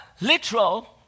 literal